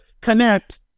connect